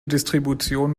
distribution